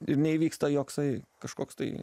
ir neįvyksta joksai kažkoks tai